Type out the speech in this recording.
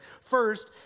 First